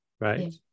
Right